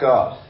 God